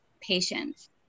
patients